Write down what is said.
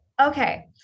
Okay